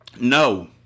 No